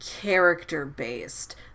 character-based